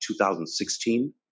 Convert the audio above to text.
2016